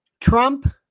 Trump